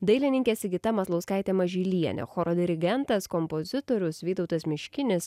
dailininkė sigita maslauskaitė mažylienė choro dirigentas kompozitorius vytautas miškinis